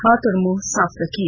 हाथ और मुंह साफ रखें